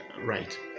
Right